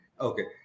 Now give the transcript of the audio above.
okay